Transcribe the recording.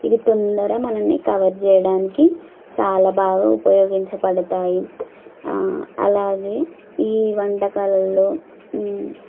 ఇది తొందరగా మనమే కవర్ చేయడానికి చాలా బాగా ఉపయోగించబడతాయి అలాగే ఈ వంటకాలలో